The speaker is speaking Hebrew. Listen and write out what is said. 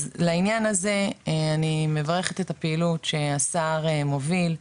אז לעניין הזה אני מברכת את הפעילות שהשר מוביל,